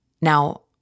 Now